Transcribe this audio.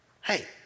hey